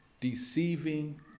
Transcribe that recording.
deceiving